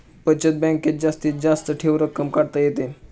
बचत बँकेत जास्तीत जास्त ठेव रक्कम काढता येते